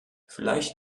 vielleicht